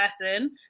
person